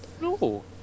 no